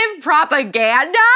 PROPAGANDA